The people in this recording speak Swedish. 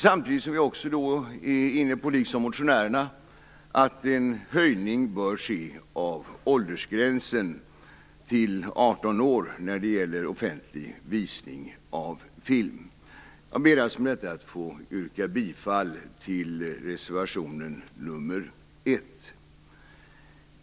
Samtidigt är vi liksom motionärerna inne på att en höjning av åldersgränsen till 18 år bör ske när det gäller offentlig visning av film. Jag ber med detta att få yrka bifall till reservation 1.